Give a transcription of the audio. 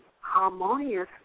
harmonious